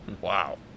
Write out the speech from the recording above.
Wow